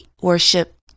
Worship